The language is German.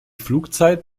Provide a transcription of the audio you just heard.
flugzeit